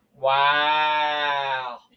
Wow